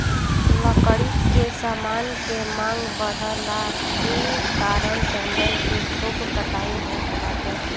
लकड़ी के समान के मांग बढ़ला के कारण जंगल के खूब कटाई होत बाटे